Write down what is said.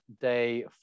day